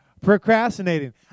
Procrastinating